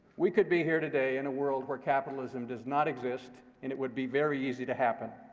we could be here today in a world where capitalism does not exist. and it would be very easy to happen.